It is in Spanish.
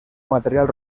material